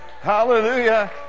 Hallelujah